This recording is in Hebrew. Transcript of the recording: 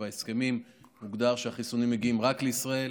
בהסכמים הוגדר שהחיסונים מגיעים רק לישראל